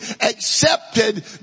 accepted